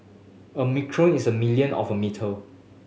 a micron is a million of a metre